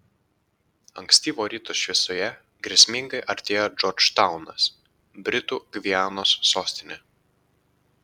ankstyvo ryto šviesoje grėsmingai artėjo džordžtaunas britų gvianos sostinė